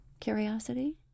curiosity